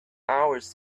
hours